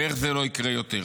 ואיך זה לא יקרה יותר.